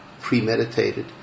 premeditated